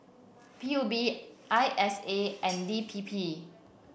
P U B I S A and D P P